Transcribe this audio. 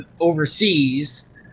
overseas